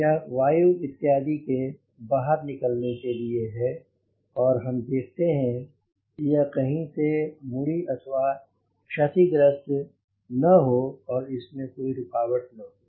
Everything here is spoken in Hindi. यह वायु इत्यादि के बाहर निकलने की लेने है और हम देखते हैं कि यह कहीं से मुड़ी अथवा क्षतिग्रस्त न हो और इसमें कोई रूकावट न हो